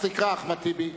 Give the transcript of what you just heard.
אז תקרא: